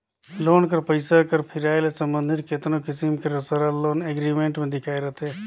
loan कर पइसा कर फिराए ले संबंधित केतनो किसिम कर सरल लोन एग्रीमेंट में लिखाए रहथे